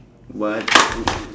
what